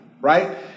right